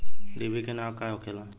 डिभी के नाव का होखेला?